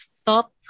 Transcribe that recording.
stop